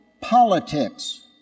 politics